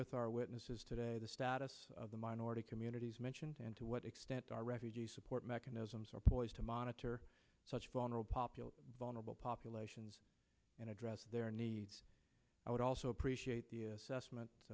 with our witnesses today the status of the minority communities mentioned and to what extent are refugee support mechanisms are poised to monitor such vulnerable popular vulnerable populations and address their needs i would also appreciate the assessment